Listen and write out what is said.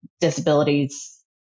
disabilities